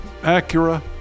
Acura